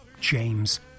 James